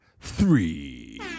three